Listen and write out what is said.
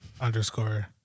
underscore